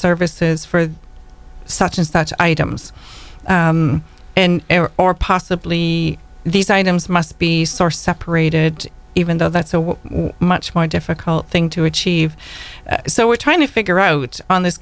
services for such and such items and or possibly these items must be sourced separated even though that's a much more difficult thing to achieve so we're trying to figure out on this